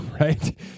right